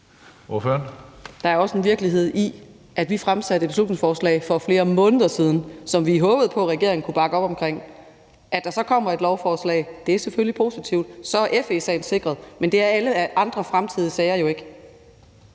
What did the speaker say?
Der er også en virkelighed i, at vi fremsatte et beslutningsforslag for flere måneder siden, som vi håbede på regeringen kunne bakke op om. At der så kommer et lovforslag, er selvfølgelig positivt. Så er FE-sagen sikret, men det er alle andre fremtidige sager jo ikke.